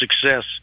success